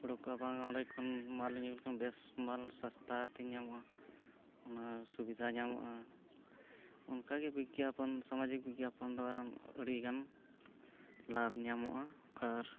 ᱩᱰᱩᱠᱚᱜᱼᱟ ᱵᱟᱝ ᱚᱸᱰᱮ ᱠᱷᱚᱱ ᱢᱟᱞᱤᱧ ᱟᱹᱜᱩ ᱞᱮᱠᱷᱟᱱ ᱵᱮᱥ ᱢᱟᱞ ᱥᱟᱥᱛᱟ ᱛᱤᱧ ᱧᱟᱢᱚᱜᱼᱟ ᱚᱱᱟ ᱥᱩᱵᱤᱫᱷᱟ ᱧᱟᱢᱚᱜᱼᱟ ᱚᱱᱠᱟᱜᱮ ᱵᱤᱜᱽᱜᱟᱯᱚᱱ ᱥᱟᱢᱟᱡᱤᱠ ᱵᱤᱜᱽᱜᱟᱯᱚᱱ ᱫᱚ ᱟᱨᱦᱚᱸ ᱟᱹᱰᱤᱜᱟᱱ ᱞᱟᱵᱷ ᱧᱟᱢᱚᱜᱼᱟ ᱟᱨ